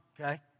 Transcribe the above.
okay